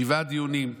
שבעה דיונים,